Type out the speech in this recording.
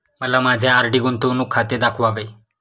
मला माझे आर.डी गुंतवणूक खाते दाखवावे